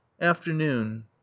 Afternoon